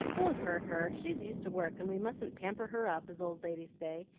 won't hurt her she's used to work, and we mustn't pamper her up, as old ladies say,